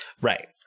Right